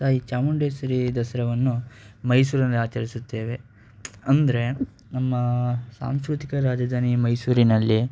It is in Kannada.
ತಾಯಿ ಚಾಮುಂಡೇಶ್ವರಿ ದಸರಾವನ್ನು ಮೈಸೂರಿನಲ್ಲಿ ಆಚರಿಸುತ್ತೇವೆ ಅಂದರೆ ನಮ್ಮ ಸಾಂಸ್ಕೃತಿಕ ರಾಜಧಾನಿ ಮೈಸೂರಿನಲ್ಲಿ